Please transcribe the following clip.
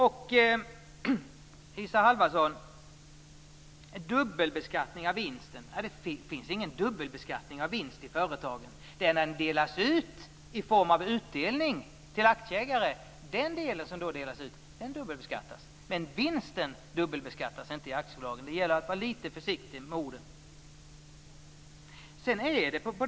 Isa Halvarsson, det finns ingen dubbelbeskattning av vinst i företagen. Det är när den delas ut i form av utdelning till aktieägare som den dubbelbeskattas. Men vinsten dubbelbeskattas inte i aktiebolagen. Det gäller att vara litet försiktig med orden.